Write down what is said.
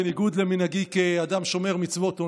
בניגוד למנהגי כאדם שומר מצוות,